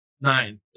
Nine